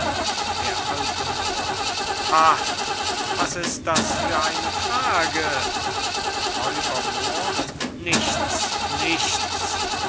d a moor ha was ist das für eine frage r moor nichts nichts